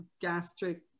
gastric